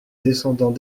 descendant